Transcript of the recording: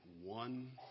one